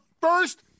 first